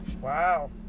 Wow